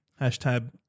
Hashtag